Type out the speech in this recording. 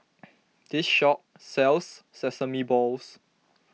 this shop sells Sesame Balls